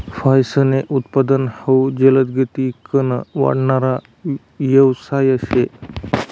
फयेसनं उत्पादन हाउ जलदगतीकन वाढणारा यवसाय शे